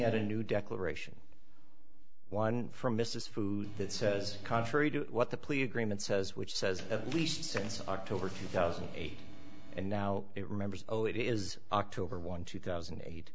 at a new declaration one from mrs food that says contrary to what the plea agreement says which says at least since october two thousand and eight and now it remembers oh it is october one two thousand and eight